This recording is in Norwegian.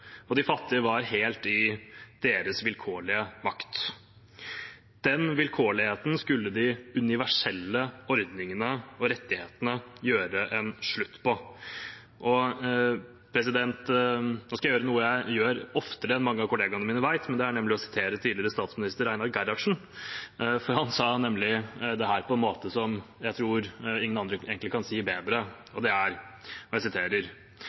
De fattige var helt i deres vilkårlige makt. Den vilkårligheten skulle de universelle ordningene og rettighetene gjøre en slutt på. Nå skal jeg gjøre noe jeg gjør oftere enn mange av kollegaene mine vet, nemlig å sitere tidligere statsminister Einar Gerhardsen. Han sa nemlig dette på en måte som jeg tror ingen egentlig kan si bedre: «Det skal være fødselsattesten og